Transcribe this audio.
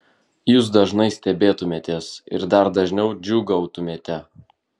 jūs dažnai stebėtumėtės ir dar dažniau džiūgautumėte